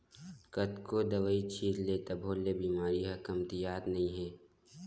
कतनो दवई छित ले तभो ले बेमारी ह कमतियावत नइ हे